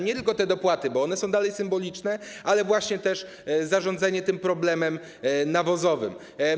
Nie tylko te dopłaty, bo one są dalej symboliczne, ale właśnie zarządzanie problemem nawozowym.